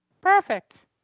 perfect